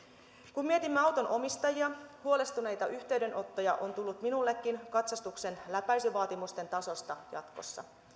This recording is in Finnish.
kun mietimme auton omistajia huolestuneita yhteydenottoja on tullut minullekin katsastusten läpäisyvaatimusten tasosta jatkossa